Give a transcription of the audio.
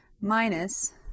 minus